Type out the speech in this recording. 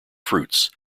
fruits